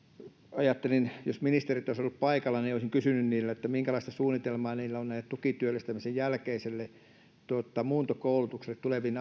ajattelin että jos ministerit olisivat olleet paikalla olisin kysynyt heiltä minkälaista suunnitelmaa heillä on tälle tukityöllistämisen jälkeiselle muuntokoulutukselle tuleviin